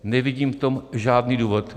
Nevidím k tomu žádný důvod.